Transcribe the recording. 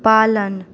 पालन